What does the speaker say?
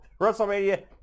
WrestleMania